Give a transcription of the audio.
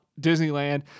Disneyland